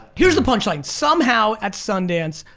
here's the punchline, somehow at sundance,